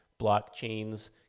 blockchains